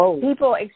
People